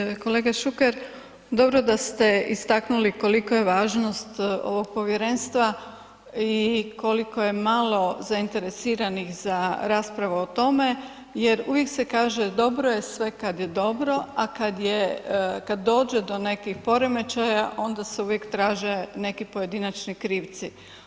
Poštovani kolega Šuker, dobro da ste istaknuli koliko je važnost ovog povjerenstva i koliko je malo zainteresiranih za raspravu o tome jer uvijek se kaže dobro je sve kad je dobro, a kad dođe do nekih poremećaja onda se uvijek traže neki pojedinačni krivci.